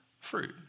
fruit